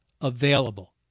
available